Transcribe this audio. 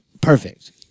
perfect